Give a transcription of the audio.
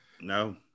No